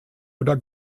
oder